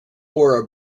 wore